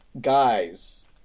Guys